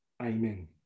Amen